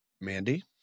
Mandy